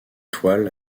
toile